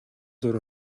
зуур